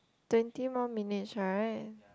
twenty more minutes right